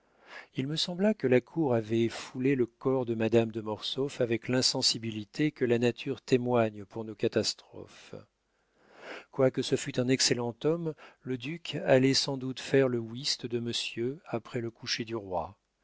il me sembla que la cour avait foulé le corps de madame de mortsauf avec l'insensibilité que la nature témoigne pour nos catastrophes quoique ce fût un excellent homme le duc allait sans doute faire le whist de monsieur après le coucher du roi